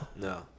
No